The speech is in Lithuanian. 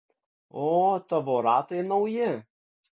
o tavo ratai nauji